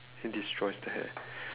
it destroys the hair